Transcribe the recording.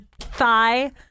thigh